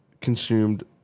consumed